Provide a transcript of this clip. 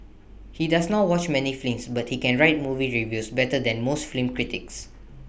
he does not watch many films but he can write movie reviews better than most film critics